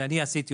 שאני עשיתי,